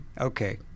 okay